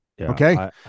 Okay